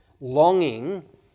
longing